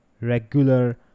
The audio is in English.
regular